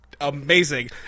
amazing